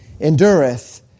Endureth